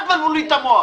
אל תבלבלו לי את המוח.